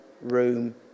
room